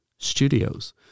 studios